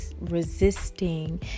resisting